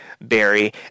Barry